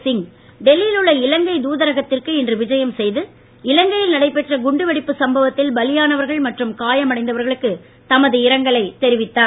சிங் டெல்லியில் உள்ள இலங்கை தூதரகத்திற்கு இன்று விஜயம் செய்து இலங்கையில் நடைபெற்ற குண்டுவெடிப்பு சம்பவத்தில் பலியானவர்கள் மற்றும் காயமடைந்தவர்களுக்கு தமது இரங்கலை தெரிவித்தார்